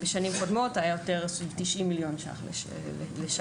בשנים קודמות התקציב היה סביב 90,000,000 ₪ לשנה,